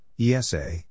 ESA